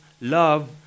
love